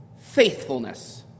faithfulness